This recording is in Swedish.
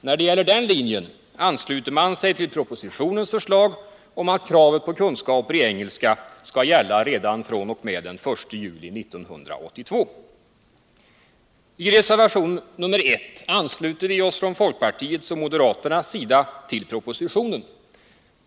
När det gäller den linjen ansluter sig majoriteten till propositionens förslag om att kravet på kunskaper i engelska skall gälla redan fr.o.m. den 1 juli 1982. I reservation nr 1 ansluter vi oss från folkpartiets och moderaternas sida till propositionen.